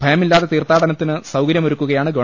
ഭയമില്ലാതെ തീർത്ഥാടന ത്തിന് സൌകരൃമൊരുക്കുകയാണ് ഗവ